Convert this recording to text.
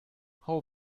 how